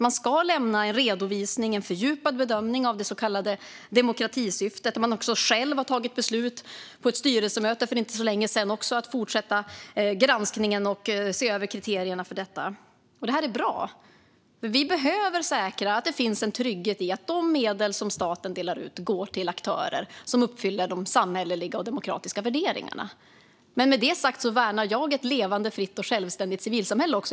Man ska i redovisningen lämna en fördjupad bedömning av det så kallade demokratisyftet. Man har också själv på ett styrelsemöte för inte så länge sedan fattat beslut om att fortsätta granskningen och se över kriterierna. Det är bra. Vi behöver säkra att det finns en trygghet i att de medel som staten delar ut går till aktörer som uppfyller de samhälleliga och demokratiska värderingarna. Med det sagt värnar jag också ett levande, fritt och självständigt civilsamhälle.